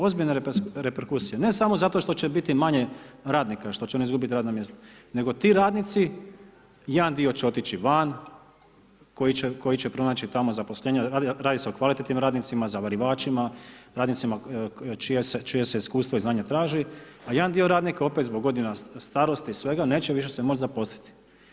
Ozbiljne reperkusije, ne samo zato što će biti manje radnika, što će oni izgubiti radna mjesta nego ti radnici, jedan dio će otići van koji će pronaći tamo zaposlenja, radi s2e o kvalitetnim radnicima, zavarivačima, radnicima čija se iskustva i znanja traži a jedan dio radnika opet zbog godina starosti i svega, neće se više moći zaposliti.